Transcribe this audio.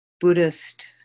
Buddhist